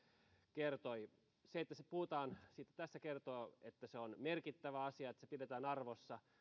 kertoi se että siitä puhutaan tässä kertoo että se on merkittävä asia ja että sitä pidetään arvossa